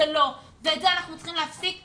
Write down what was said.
זה לא ואת זה אנחנו צריכים להפסיק היום.